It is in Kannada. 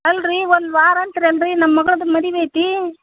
ಅಲ್ಲರಿ ಒನ್ ವಾರ ಅಂತೀರಲ್ರಿ ನಮ್ಮ ಮಗಳದ್ದು ಮದುವೆ ಐತಿ